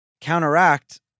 counteract